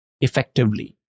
effectively